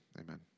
Amen